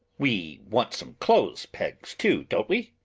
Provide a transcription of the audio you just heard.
we want some clothes pegs too, don't we?